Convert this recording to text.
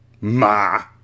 Ma